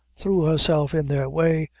threw herself in their way,